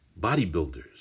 bodybuilders